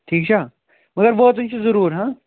ٹھیٖک چھا مَگر واتُن چھُ ضروٗر ہاں